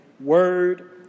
word